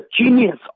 genius